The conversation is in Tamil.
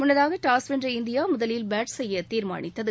முன்னதாக டாஸ் வென்ற இற்தியா முதலில் பேட் செய்ய தீர்மானித்தது